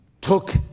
took